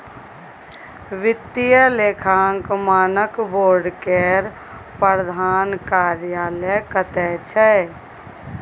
वित्तीय लेखांकन मानक बोर्ड केर प्रधान कार्यालय कतय छै